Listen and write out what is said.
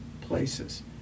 places